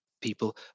people